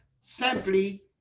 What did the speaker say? simply